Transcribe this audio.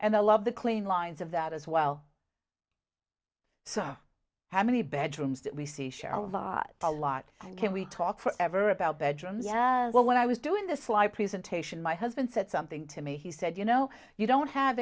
and i love the clean lines of that as well so how many bedrooms that we see shelves are a lot and can we talk forever about bedrooms yeah well when i was doing the sly presentation my husband said something to me he said you know you don't have